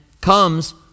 comes